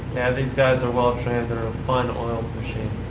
yeah. these guys are well trained. they're a fine oiled machine.